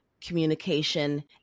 communication